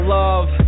love